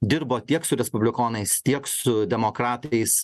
dirbo tiek su respublikonais tiek su demokratais